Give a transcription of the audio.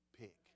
pick